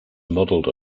modeled